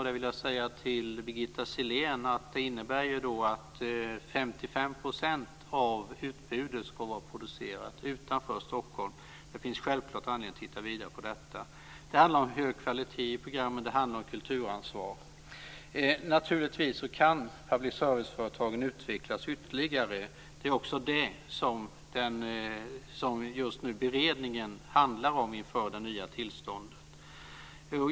Där vill jag säga till Birgitta Sellén att decentralisering innebär att 55 % av utbudet ska vara producerat utanför Stockholm. Det finns självklart anledning att titta vidare på detta. Det handlar om hög kvalitet i programmen och om kulturansvar. Naturligtvis kan public service-företagen utvecklas ytterligare. Det är också det som beredningen just nu handlar om inför det nya tillståndet.